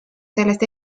sellest